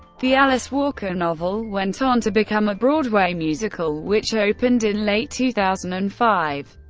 the alice walker novel went on to become a broadway musical which opened in late two thousand and five,